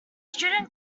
student